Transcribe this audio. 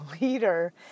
leader